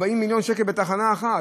40 מיליון שקל בתחנה אחת.